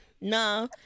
no